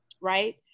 right